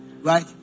right